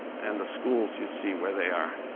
and the schools, you see where they are.